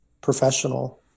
professional